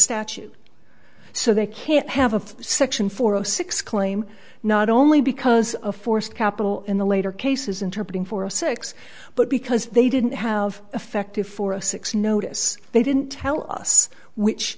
statute so they can't have a section four zero six claim not only because of forced capital in the later cases interpreted for a six but because they didn't have effective for a six notice they didn't tell us which